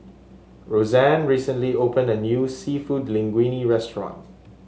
Rosanne recently opened a new seafood Linguine restaurant